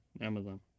Amazon